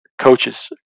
coaches